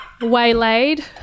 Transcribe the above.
waylaid